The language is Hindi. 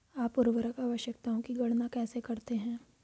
आप उर्वरक आवश्यकताओं की गणना कैसे करते हैं?